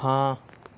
ہاں